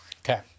Okay